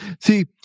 See